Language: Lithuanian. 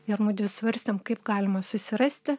ir mudvi svarstėm kaip galima susirasti